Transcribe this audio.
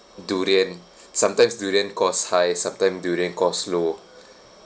durian sometimes durian cost high sometimes durian cost low